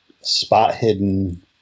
spot-hidden